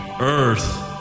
earth